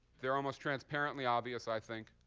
they're almost transparently obvious, i think.